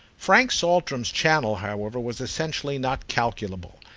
frank saltram's channel, however, was essentially not calculable,